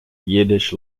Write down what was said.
yiddish